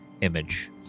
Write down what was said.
image